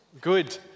Good